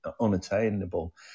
unattainable